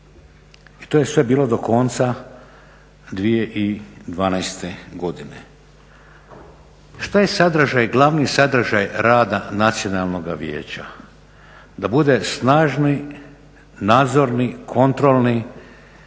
I to je sve bilo do konca 2012. godine. Šta je sadržaj, glavni sadržaj rada Nacionalnoga vijeća? Da bude snažni nadzorni kontrolni